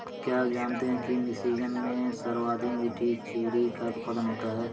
क्या आप जानते हैं कि मिशिगन में सर्वाधिक मीठी चेरी का उत्पादन होता है?